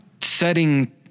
setting